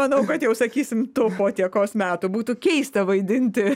manau kad jau sakysim tu po tiekos metų būtų keista vaidinti